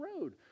road